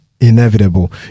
inevitable